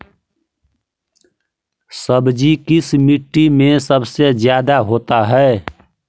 सब्जी किस माटी में सबसे ज्यादा होता है?